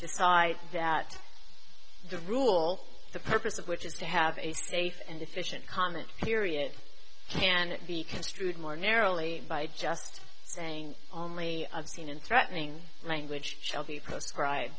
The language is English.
decide that the rule the purpose of which is to have a safe and efficient comment period and be construed more narrowly by just saying only obscene and threatening language shall be pro